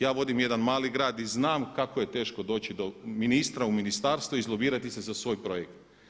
Ja vodim jedan mali grad i znam kako je teško doći do ministra u ministarstvu i izlobirati se za svoj projekt.